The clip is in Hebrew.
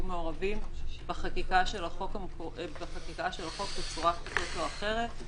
מעורבים בחקיקה של החוק בצורה כזאת או אחרת,